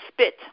spit